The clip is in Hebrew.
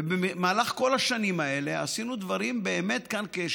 במהלך כל השנים האלה עשינו דברים כשדולה,